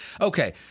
Okay